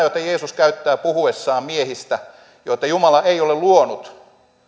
jota jeesus käyttää puhuessaan miehistä joita jumala ei ole luonut